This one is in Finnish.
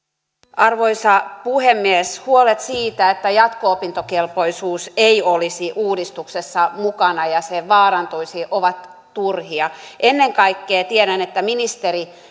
arvoisa puhemies huolet siitä että jatko opintokelpoisuus ei olisi uudistuksessa mukana ja se vaarantuisi ovat turhia ennen kaikkea tiedän että ministeri